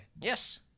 Yes